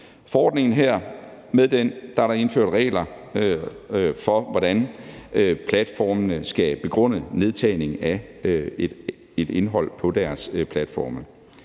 forordningen indføres der regler for, hvordan platformene skal begrunde nedtagning af indhold på deres platforme.